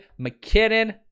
McKinnon